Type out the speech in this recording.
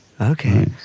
Okay